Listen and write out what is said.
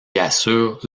assure